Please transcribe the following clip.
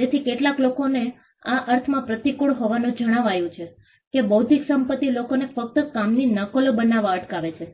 તેથી કેટલાક લોકોને આ અર્થમાં પ્રતિકૂળ હોવાનું જણાયું છે કે બૌદ્ધિક સંપત્તિ લોકોને ફક્ત કામની નકલો બનાવતા અટકાવે છે